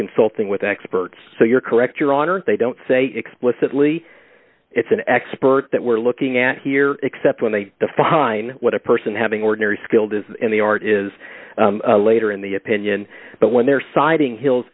consulting with experts so you're correct your honor they don't say explicitly it's an expert that we're looking at here except when they define what a person having ordinary skill does and the art is later in the opinion but when they're citing hill